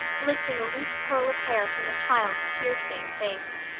lifting a loose curl of hair from the child's tear-stained face.